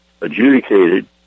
adjudicated